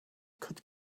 could